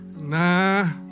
Nah